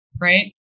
right